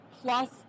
plus